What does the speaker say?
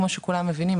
כמו שכולם מבינים,